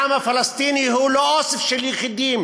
העם הפלסטיני הוא לא אוסף של יחידים,